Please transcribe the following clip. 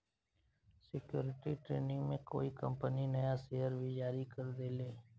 security training में कोई company नया शेयर भी जारी कर देले